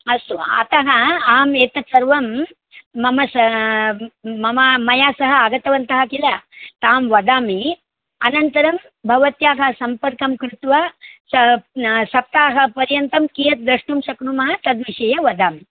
अस्तु अतः अहम् एतत् सर्वं मम सा मम मया सह आगतवन्तः किल तां वदामि अनन्तरं भवत्याः सम्पर्कं कृत्वा सप्ताहपर्यन्तं कीयद् दृष्टुं शक्नुमः तद्विषये वदामि